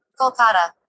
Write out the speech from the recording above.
Kolkata